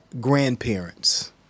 grandparents